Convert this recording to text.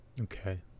okay